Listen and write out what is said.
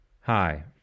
Hi